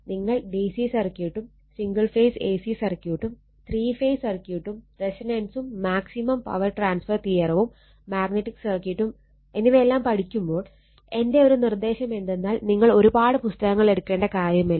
നിങ്ങൾ ഡിസി സർക്യൂട്ടും single phase A C സർക്യൂട്ടും 3 ഫേസ് സർക്യൂട്ടും റെസൊണൻസും മാക്സിമം പവർ ട്രാൻസ്ഫർ തിയറവും മാഗ്നറ്റിക് സർക്യൂട്ടും എന്നിവയെല്ലാം പഠിക്കുമ്പോൾ എൻ്റെ ഒരു നിർദ്ദേശം എന്തെന്നാൽ നിങ്ങൾ ഒരുപാട് പുസ്തകങ്ങൾ എടുക്കേണ്ട കാര്യമില്ല